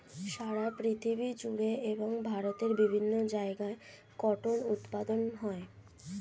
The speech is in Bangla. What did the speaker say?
সারা পৃথিবী জুড়ে এবং ভারতের বিভিন্ন জায়গায় কটন উৎপাদন হয়